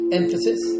emphasis